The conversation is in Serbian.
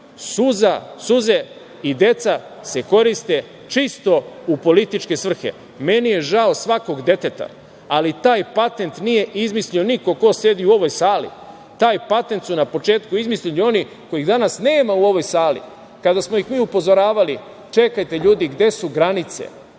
i deca se koriste čisto u političke svrhe. Meni je žao svakog deteta, ali taj patent nije izmislio niko ko sedi u ovoj sali, taj patent su na početku izmislili oni kojih danas nema u ovoj sali. Kada smo ih mi upozoravali, čekajte ljudi, gde su granice?